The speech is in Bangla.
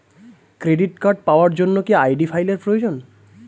ক্রেডিট কার্ড পাওয়ার জন্য কি আই.ডি ফাইল এর প্রয়োজন?